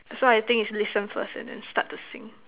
so I think is listen first and then start to sing